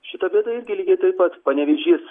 šita vieta irgi lygiai taip pat panevėžys